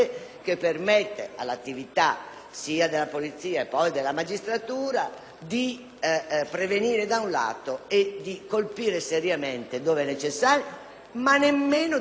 della polizia e della magistratura di prevenire da un lato e di colpire seriamente dove necessario, e nemmeno di mettere in atto tutte quelle